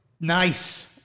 nice